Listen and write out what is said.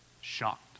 shocked